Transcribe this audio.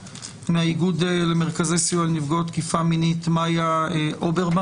מהאיגוד לנפגעי סיוע לנפגעי תקיפה מינית מיה אוברבאום.